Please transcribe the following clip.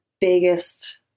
biggest